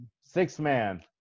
six-man